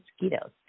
mosquitoes